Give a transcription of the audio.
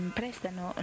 prestano